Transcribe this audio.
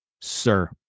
sir